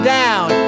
down